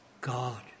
God